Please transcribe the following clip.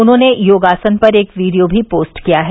उन्होंने योगासन पर एक वीडियो भी पोस्ट किया है